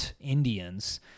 Indians